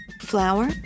Flour